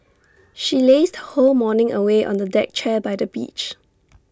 she lazed her whole morning away on A deck chair by the beach